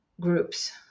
groups